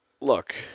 Look